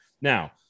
now